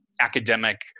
academic